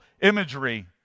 Imagery